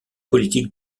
politiques